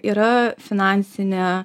yra finansinė